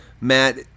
Matt